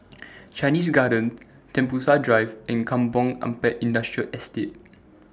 Chinese Garden Tembusu Drive and Kampong Ampat Industrial Estate